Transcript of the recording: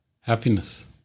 Happiness